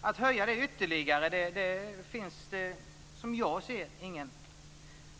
Att höja gränsen ytterligare finns det, som jag ser det, ingen